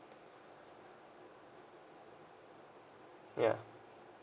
ya